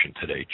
today